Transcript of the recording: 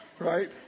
right